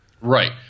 Right